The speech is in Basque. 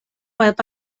bat